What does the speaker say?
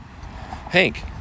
Hank